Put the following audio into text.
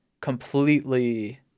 completely